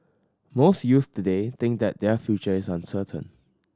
most youths today think that their future is uncertain